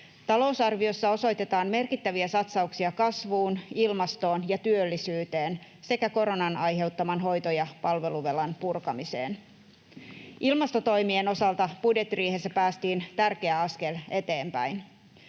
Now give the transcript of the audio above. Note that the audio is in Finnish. Talousarviossa osoitetaan merkittäviä satsauksia kasvuun, ilmastoon ja työllisyyteen sekä koronan aiheuttaman hoito- ja palveluvelan purkamiseen. Ilmastotoimien osalta budjettiriihessä päästiin tärkeä askel eteenpäin.